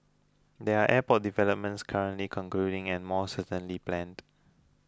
there are airport developments currently concluding and more certainly planned